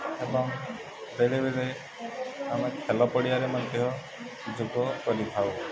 ଏବଂ ବେଲେବେଲେ ଆମେ ଖେଲ ପଡ଼ିଆରେ ମଧ୍ୟ ଯୋଗ କରିଥାଉ